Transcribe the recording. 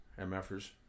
mfers